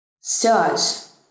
Stars